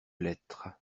lettres